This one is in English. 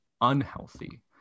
unhealthy